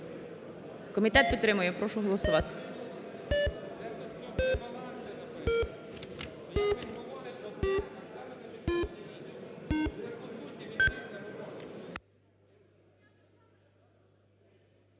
Комітет підтримує, прошу голосувати.